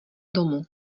domu